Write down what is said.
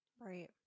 Right